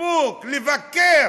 בחיבוק לבקר